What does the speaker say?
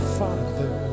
father